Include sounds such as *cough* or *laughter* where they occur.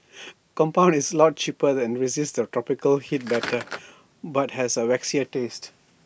*noise* compound is A lot cheaper and resists the tropical heat better *noise* but has A waxier taste